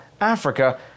Africa